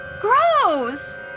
gross!